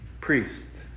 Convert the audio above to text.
priest